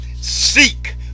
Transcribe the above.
seek